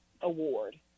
award